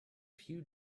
few